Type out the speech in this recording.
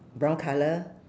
brown colour